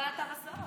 אבל אתה בסוף.